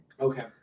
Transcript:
Okay